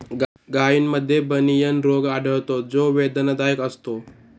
गायींमध्ये बनियन रोग आढळतो जो वेदनादायक असतो